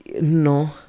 No